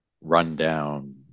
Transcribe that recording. rundown